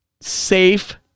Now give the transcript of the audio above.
safe